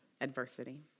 adversity